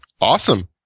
Awesome